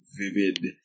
vivid